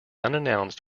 unannounced